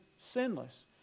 sinless